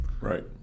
Right